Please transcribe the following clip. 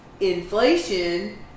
inflation